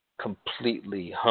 completely